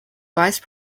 vice